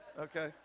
Okay